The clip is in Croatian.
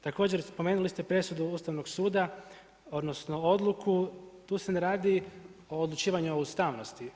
Također spomenuli ste presudu Ustavnog suda, odnosno, odluku, tu se ne radi o odučavanju ustavnosti.